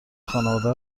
خانواده